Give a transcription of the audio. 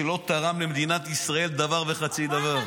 שלא תרם למדינת ישראל דבר וחצי דבר.